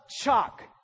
chalk